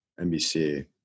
NBC